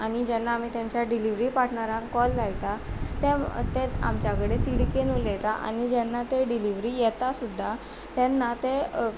आनी जेन्ना आमी तेंच्या डिलीवरी पार्टनराक कॉल लायता ते ते आमच्या कडेन तिडकेन उलयता आनी जेन्ना ते डिलीवरी येता सुद्दां तेन्ना ते